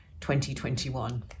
2021